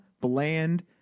bland